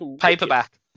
Paperback